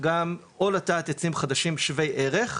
או לטעת עצים חדשים שווי ערך,